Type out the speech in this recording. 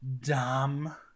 dumb